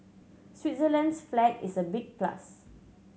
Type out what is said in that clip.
Switzerland's flag is a big plus